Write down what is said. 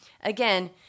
Again